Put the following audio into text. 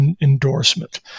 endorsement